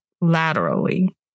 laterally